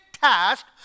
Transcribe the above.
task